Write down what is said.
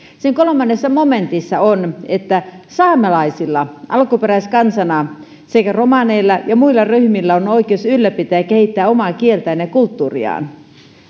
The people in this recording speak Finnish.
sen kolmannessa momentissa sanotaan että saamelaisilla alkuperäiskansana sekä romaneilla ja muilla ryhmillä on oikeus ylläpitää ja kehittää omaa kieltään ja kulttuuriaan